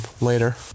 later